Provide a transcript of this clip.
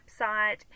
website